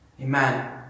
Amen